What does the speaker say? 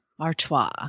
Artois